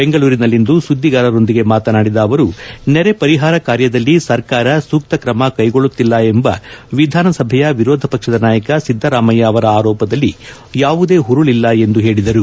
ಬೆಂಗಳೂರಿನಲ್ಲಿಂದು ಸುದ್ದಿಗಾರರೊಂದಿಗೆ ಮಾತನಾಡಿದ ಅವರು ನೆರೆ ಪರಿಹಾರ ಕಾರ್ಯದಲ್ಲಿ ಸರ್ಕಾರ ಸೂಕ್ತ ತ್ರಮ ಕೈಗೊಳ್ಳುತ್ತಿಲ್ಲ ಎಂಬ ವಿಧಾನಸಭೆಯ ವಿರೋಧ ಪಕ್ಷದ ನಾಯಕ ಸಿದ್ದರಾಮಯ್ಯ ಆರೋಪದಲ್ಲಿ ಯಾವುದೇ ಹುರುಳಿಲ್ಲ ಎಂದು ಹೇಳಿದರು